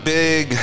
big